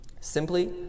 simply